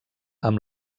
amb